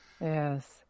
Yes